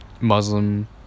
Muslim